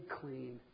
clean